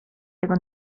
tego